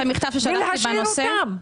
ולהשאיר אותם.